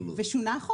והחוק שונה.